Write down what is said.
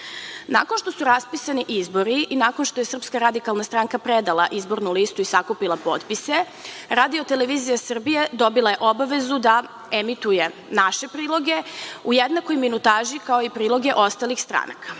Nakon što su raspisani izbori i nakon što je SRS predala izbornu listu i sakupila potpise, RTS je dobila obavezu da emituje naše priloge u jednakoj minutaži kao i priloge ostalih stranaka.